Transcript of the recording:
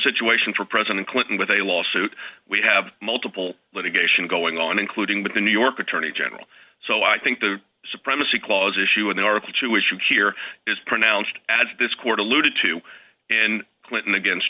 situation for president clinton with a lawsuit we have multiple litigation going on including with the new york attorney general so i think the supremacy clause issue in the article two issue here is pronounced as this court alluded to in clinton against